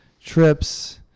trips